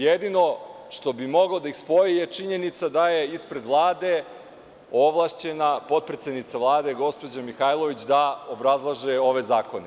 Jedino što bi moglo da ih spoji je činjenica da je ispred Vlade ovlašćena potpredsednica Vlade gospođa Mihajlović da obrazlaže ove zakone.